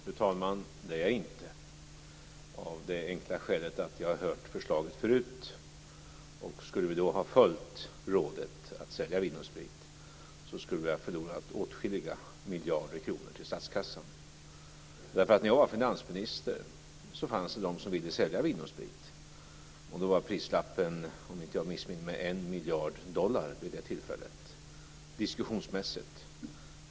Fru talman! Det är jag inte, av det enkla skälet att jag har hört förslaget förut. Skulle vi då ha följt rådet att sälja Vin & Sprit, skulle vi ha förlorat åtskilliga miljarder kronor i statskassan. När jag var finansminister höjdes röster för att vi skulle sälja Vin & Sprit. Vid det tillfället var priset, om jag inte missminner mig, diskussionsmässigt 1 miljard dollar.